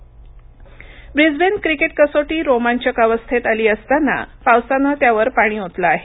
cricket Brisbane cricket कसोटी रोमांचक अवस्थेत आली असतानापावसानं त्यावर पाणी ओतलं आहे